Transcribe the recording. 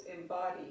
embody